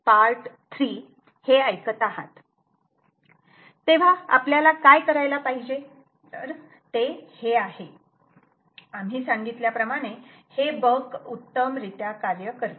तेव्हा आपल्याला काय करायला पाहिजे ते हे आहे आम्ही सांगितल्याप्रमाणे हे बक उत्तम रित्या कार्य करते